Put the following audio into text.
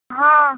हँ